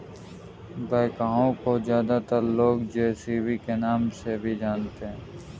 backhoe को ज्यादातर लोग जे.सी.बी के नाम से भी जानते हैं